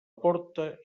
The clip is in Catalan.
porta